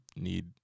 need